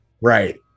Right